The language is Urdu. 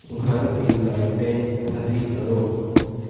گھر کی لائیٹیں ہری کرو